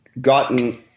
gotten